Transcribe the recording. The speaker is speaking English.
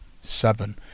seven